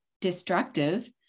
destructive